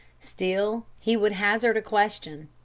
still, he would hazard a question.